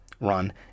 run